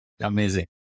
Amazing